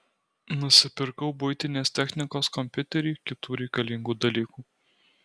nusipirkau buitinės technikos kompiuterį kitų reikalingų dalykų